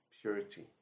purity